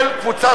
של קבוצת